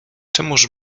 czemuż